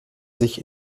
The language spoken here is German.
sich